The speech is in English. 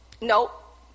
Nope